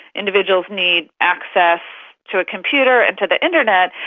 individuals need access to a computer and to the internet,